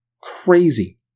crazy